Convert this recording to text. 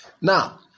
Now